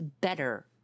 better